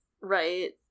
right